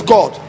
God